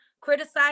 criticize